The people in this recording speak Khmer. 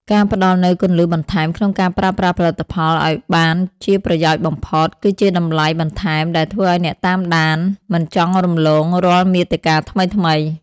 ការផ្តល់នូវគន្លឹះបន្ថែម ក្នុងការប្រើប្រាស់ផលិតផលឱ្យបានជាប្រយោជន៍បំផុត គឺជាតម្លៃបន្ថែមដែលធ្វើឱ្យអ្នកតាមដានមិនចង់រំលងរាល់មាតិកាថ្មីៗ។